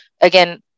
again